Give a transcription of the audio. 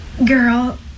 Girl